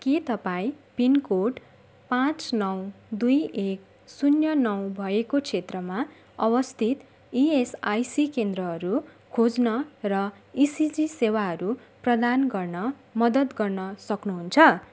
के तपाईँ पिनकोड पाँच नौ दुई एक शून्य नौ भएको क्षेत्रमा अवस्थित इएसआइसी केन्द्रहरू खोज्न र इसिजी सेवाहरू प्रदान गर्न मद्दत गर्न सक्नुहुन्छ